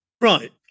right